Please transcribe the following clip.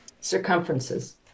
Circumferences